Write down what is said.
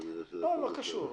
בלי קשר.